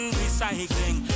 recycling